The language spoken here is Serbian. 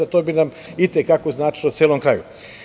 To bi nam i te kako značilo celom kraju.